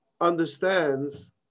understands